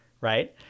right